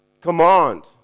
command